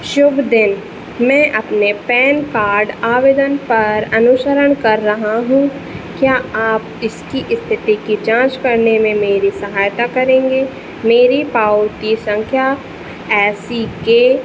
शुभ दिन मैं अपने पैन कार्ड आवेदन पर अनुसरण कर रहा हूँ क्या आप इसकी स्थिति की जाँच करने में मेरी सहायता करेंगे मेरी पावती संख्या आइ सी के